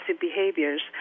behaviors